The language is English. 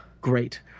great